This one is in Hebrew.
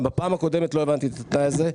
גם בפעם הקודמת לא הבנתי את התנאי הזה,